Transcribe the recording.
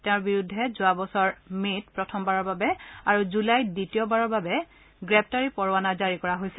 তেওঁৰ বিৰুদ্ধে যোৱা যোৱা বছৰ মে'ত প্ৰথমবাৰৰ বাবে আৰু জুলাইত দ্বিতীয়বাৰৰ বাবে গ্ৰেপ্তাৰী পৰোৱানা জাৰি কৰা হৈছিল